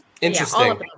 Interesting